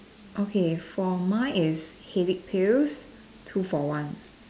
okay for mine is headache pills two for one